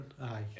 Aye